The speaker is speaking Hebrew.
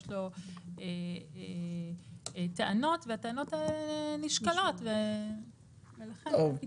יש לו טענות והטענות האלה נשקלות ולכן יש פתרון.